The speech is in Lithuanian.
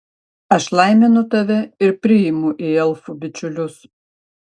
aš laiminu tave ir priimu į elfų bičiulius